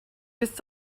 bist